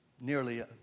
nearly